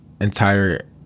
entire